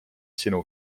sinu